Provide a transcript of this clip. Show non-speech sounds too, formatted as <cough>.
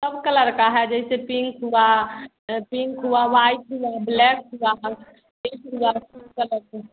सब कलर का है जैसे पिंक हुआ पिंक हुआ वाइट हुआ ब्लैक हुआ <unintelligible>